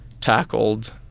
tackled